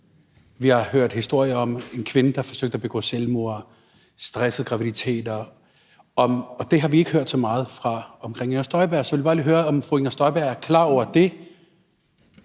Vi har hørt historier om en kvinde, der forsøgte at begå selvmord, og om stressede graviditeter, og det har vi ikke hørt så meget fra fru Inger Støjberg om. Så jeg vil bare lige høre, om fru Inger Støjberg er klar over det,